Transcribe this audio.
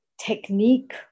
technique